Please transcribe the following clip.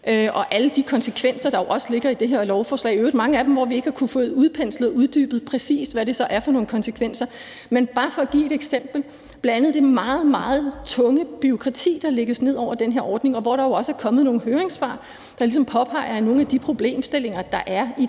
af alle de konsekvenser, der jo også ligger i det her lovforslag – i øvrigt er der mange af dem, hvor vi ikke har kunnet få udpenslet og uddybet, præcis hvad det så er for nogle konsekvenser. Men bare for at give et eksempel: Der er bl.a. det meget, meget tunge bureaukrati, der lægges ned over den her ordning, og hvor der jo også er kommet nogle høringssvar, der ligesom påpeger nogle af de problemstillinger, der er i det.